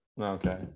Okay